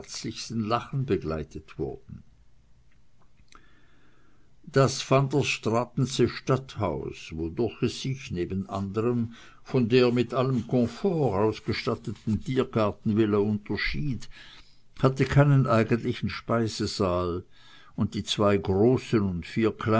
lachen begleitet wurden das van der straatensche stadthaus wodurch es sich neben anderem von der mit allem komfort ausgestatteten tiergarten villa unterschied hatte keinen eigentlichen speisesaal und die zwei großen